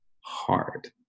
hard